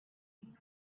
eats